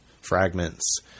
fragments